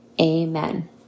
Amen